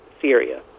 Syria